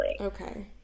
Okay